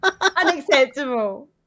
unacceptable